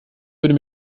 würde